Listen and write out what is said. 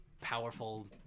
powerful